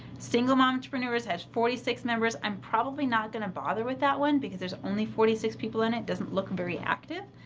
single my entrepreneurs has forty six members, i'm probably not going to bother with that one because there's only forty six people in it, doesn't look very active.